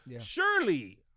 Surely